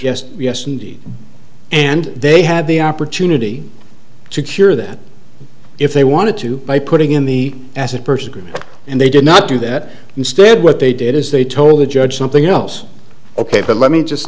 yes yes indeed and they had the opportunity to cure that if they wanted to by putting in the as a first group and they did not do that instead what they did is they told the judge something else ok but let me